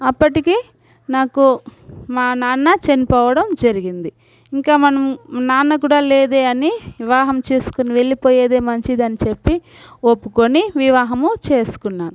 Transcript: అప్పటికి నాకు మా నాన్న చనిపోవడం జరిగింది ఇంక మనము నాన్నకూడా లేదే అని వివాహం చేసుకొని వెళ్లిపోయేదే మంచిదని చెప్పి ఒప్పుకొని వివాహము చేసుకున్నాను